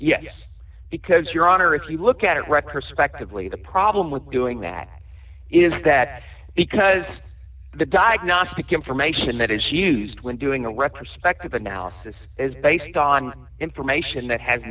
yes because your honor if you look at records actively the problem with doing that is that because the diagnostic information that is used when doing a retrospective analysis is based on information that has